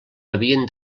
havien